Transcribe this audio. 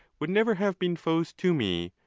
would never have been foes to me,